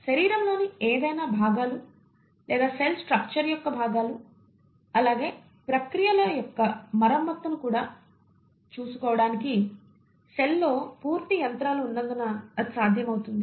శరీరంలోని ఏదైనా భాగాలు లేదా సెల్ స్ట్రక్చర్ యొక్క భాగాలు అలాగే ప్రక్రియల యొక్క మరమ్మత్తును కూడా చూసుకోవడానికి సెల్లో పూర్తి యంత్రాలు ఉన్నందున ఇది సాధ్యమవుతుంది